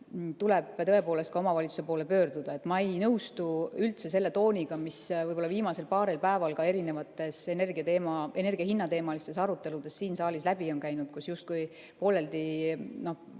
tuleb tõepoolest omavalitsuse poole pöörduda. Ma ei nõustu üldse selle tooniga, mis võib-olla viimasel paaril päeval ka erinevates energiahinnateemalistes aruteludes siin saalis läbi on käinud, kus justkui pooleldi